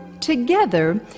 Together